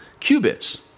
qubits